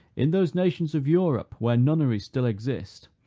in those nations of europe where nunneries still exist,